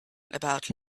about